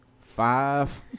five